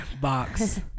box